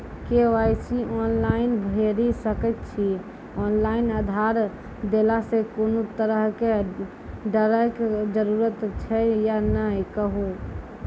KYC online भैरि सकैत छी, ऑनलाइन आधार देलासॅ कुनू तरहक डरैक जरूरत छै या नै कहू?